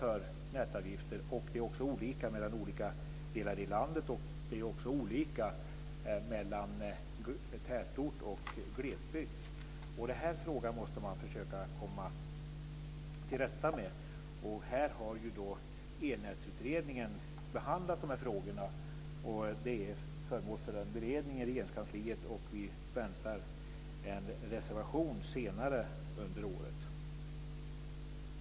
De är också olika mellan olika delar av landet och mellan tätort och glesbygd. Denna fråga måste man försöka komma till rätta med. Elnätsutredningen har behandlat frågorna och de är föremål för beredning i Regeringskansliet. Vi väntar en proposition senare under året.